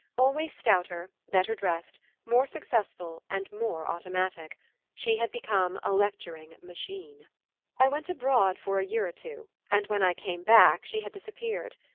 always stouter better dressed, more successful and more automatic she had become a lecturing-machine. i went abroad for a year or two and when i came back she had disappeared.